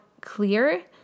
clear